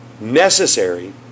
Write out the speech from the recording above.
necessary